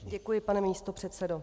Děkuji, pane místopředsedo.